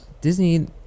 Disney